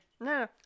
No